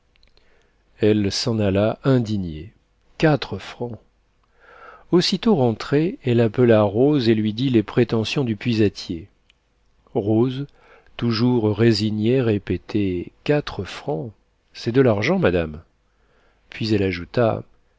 elle s'en alla indignée quatre francs aussitôt rentrée elle appela rose et lui dit les prétentions du puisatier rose toujours résignée répétait quatre francs c'est de l'argent madame puis elle ajouta